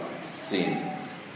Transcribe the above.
sins